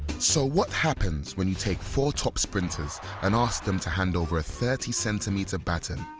so what happens when you take four top sprinters, and ask them to hand over a thirty centimetre baton,